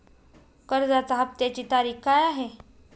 कर्जाचा हफ्त्याची तारीख काय आहे?